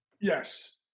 Yes